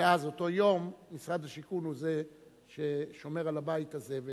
מאז אותו יום משרד השיכון הוא ששומר על הבית הזה,